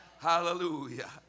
Hallelujah